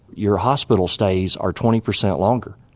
your hospital stays are twenty percent longer,